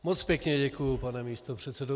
Moc pěkně děkuji, pane místopředsedo.